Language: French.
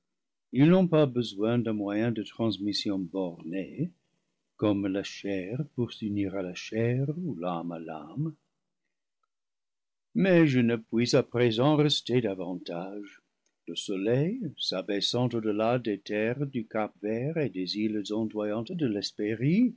ils n'ont pas besoin d'un moyen de transmission borné comme la chair pour s'unir à la chair ou l'âme à l'âme mais je ne puis à présent rester davantage le soleil s'abais sant au-delà des terres du cap vert et des îles ondoyantes de l'hespérie